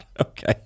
okay